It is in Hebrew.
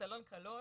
סלון כלות,